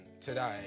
today